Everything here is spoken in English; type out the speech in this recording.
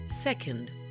Second